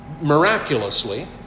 miraculously